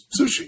sushi